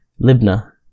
Libna